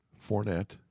Fournette